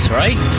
right